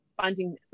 finding